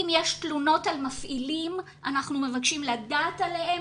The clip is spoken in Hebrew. אם יש תלונות על מפעילים אנחנו מבקשים לדעת עליהם,